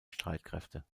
streitkräfte